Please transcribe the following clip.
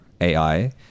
AI